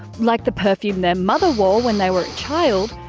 like the perfume their mother wore when they were a child,